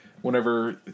whenever